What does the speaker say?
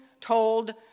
told